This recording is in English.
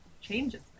changes